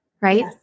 right